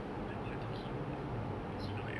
oh my god talking about working out at home